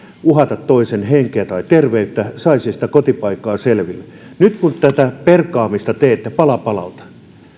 uhata toisen henkeä tai terveyttä saisi sitä kotipaikkaa selville nyt kun tätä perkaamista teette pala palalta